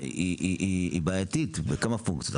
היא בעייתית בכמה פונקציות.